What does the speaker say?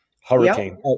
hurricane